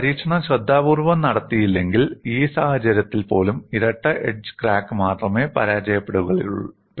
നിങ്ങൾ പരീക്ഷണം ശ്രദ്ധാപൂർവ്വം നടത്തിയില്ലെങ്കിൽ ഈ സാഹചര്യത്തിൽ പോലും ഇരട്ട എഡ്ജ് ക്രാക്ക് മാത്രമേ പരാജയപ്പെടുകയുള്ളൂ